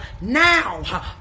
now